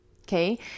Okay